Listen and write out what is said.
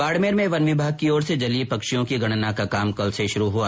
बाड़मेर में वन विभाग की ओर से जलीय पक्षिओं की गणना का काम कल से शुरू हुआ